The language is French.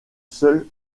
seul